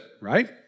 right